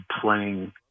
playing